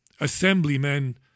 Assemblymen